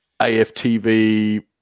AFTV